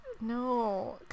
no